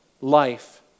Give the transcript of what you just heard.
life